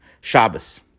Shabbos